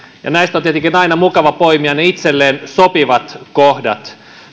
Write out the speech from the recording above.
näistä on tietenkin aina mukava poimia ne itselleen sopivat kohdat